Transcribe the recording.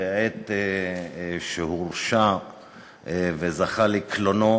שבעת שהורשע וזכה לקלונו